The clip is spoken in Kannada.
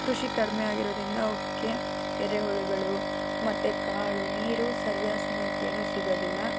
ಕೃಷಿ ಕಡಿಮೆ ಆಗಿರೋದರಿಂದ ಅವುಕ್ಕೆ ಎರೆಹುಳುಗಳು ಮತ್ತೆ ಕಾಳು ನೀರು ಸರಿಯಾದ ಸಮಯಕ್ಕೆ ಏನೂ ಸಿಗೋದಿಲ್ಲ